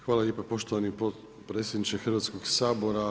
Hvala lijepa poštovani potpredsjedniče Hrvatskog sabora.